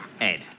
Ed